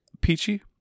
Peachy